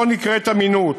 זה נקרא אמינות.